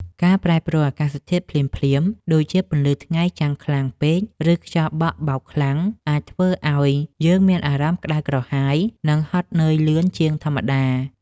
ការប្រែប្រួលអាកាសធាតុភ្លាមៗ ដូចជាពន្លឺថ្ងៃចាំងខ្លាំងពេក ឬខ្យល់បក់បោកខ្លាំង អាចធ្វើឱ្យយើងមានអារម្មណ៍ក្តៅក្រហាយ និងហត់នឿយលឿនជាងធម្មតា។